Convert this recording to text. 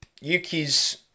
Yuki's